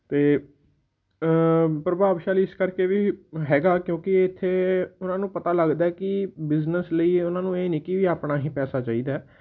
ਅਤੇ ਪ੍ਰਭਾਵਸ਼ਾਲੀ ਇਸ ਕਰਕੇ ਵੀ ਹੈਗਾ ਕਿਉਂਕਿ ਇੱਥੇ ਉਹਨਾਂ ਨੂੰ ਪਤਾ ਲੱਗਦਾ ਹੈ ਕਿ ਬਿਜ਼ਨਸ ਲਈ ਉਹਨਾਂ ਨੂੰ ਇਹ ਨਹੀਂ ਕਿ ਵੀ ਆਪਣਾ ਹੀ ਪੈਸਾ ਚਾਹੀਦਾ